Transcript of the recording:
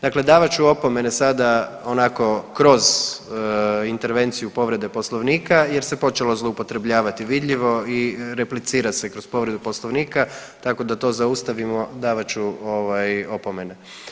Dakle davat ću opomene sada onako kroz intervenciju povrede Poslovnika jer se počelo zloupotrebljavati vidljivo i replicira se kroz povredu Poslovnika, tako da to zaustavimo, davat ću opomene.